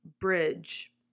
Bridge